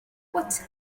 what